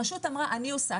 הרשות אמרה: אני עושה.